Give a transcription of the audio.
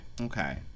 Okay